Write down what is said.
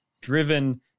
driven